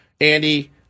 Andy